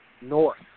North